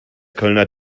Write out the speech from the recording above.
kölner